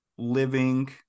living